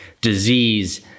disease